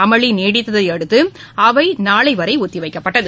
அமளி நீடித்ததை அடுத்து அவை நாளை வரை ஒத்திவைக்கப்பட்டது